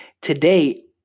Today